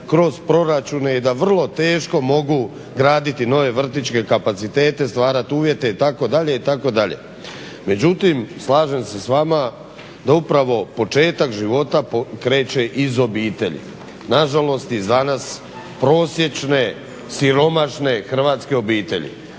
kroz proračune i da vrlo teško mogu graditi nove vrtićke kapacitete, stvarati uvjete itd., itd. Međutim, slažem se s vama da upravo početak života kreće iz obitelji. Nažalost i za nas prosječne siromašne hrvatske obitelji.